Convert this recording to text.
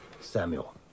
Samuel